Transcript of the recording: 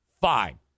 fine